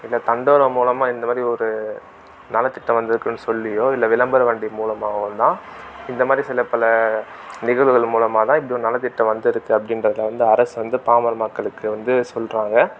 இல்லை தண்டோரம் மூலமாக இந்த மாதிரி ஒரு நலத்திட்டம் வந்துருக்குதுன்னு சொல்லியோ இல்லை விளம்பர வண்டி மூலமாகவும் தான் இந்த மாதிரி சில பல நிகழ்வுகள் மூலமாக தான் இப்டி ஒரு நலத்திட்டம் வந்துருக்குது அப்படின்றத வந்து அரசு வந்து பாமர மக்களுக்கு வந்து சொல்கிறாங்க